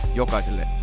jokaiselle